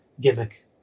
gimmick